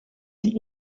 die